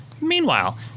meanwhile